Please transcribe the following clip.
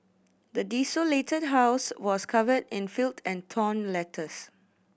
the desolated house was covered in filth and torn letters